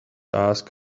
ask